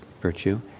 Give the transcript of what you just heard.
virtue